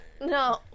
No